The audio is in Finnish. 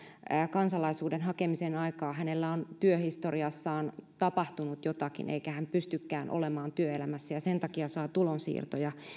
kansalaisuuden hakemisen aikaa hänellä on työhistoriassaan tapahtunut jotakin eikä hän pystykään olemaan työelämässä ja sen takia saa tulonsiirtoja